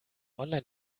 online